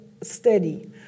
steady